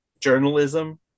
journalism